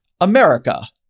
America